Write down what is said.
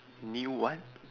new what